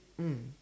mm